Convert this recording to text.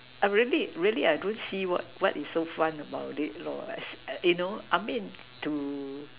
I really really I don't see what what is so fun about it lor as it you know I mean to